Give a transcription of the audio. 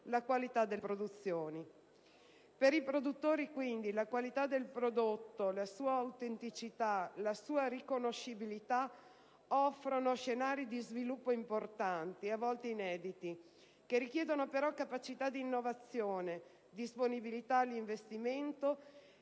la qualità delle produzioni. Per i produttori, quindi, la qualità del prodotto, la sua autenticità, la sua riconoscibilità offrono scenari di sviluppo importanti, e a volte inediti, che richiedono però capacità di innovazione, disponibilità all'investimento